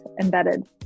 embedded